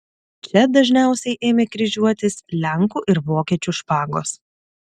čia dažniausiai ėmė kryžiuotis lenkų ir vokiečių špagos